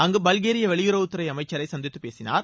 அங்கு பல்கேரிய வெளியுறவுத்துறை அமைச்சரை சந்தித்து பேசினார்